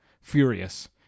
Furious